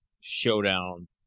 showdown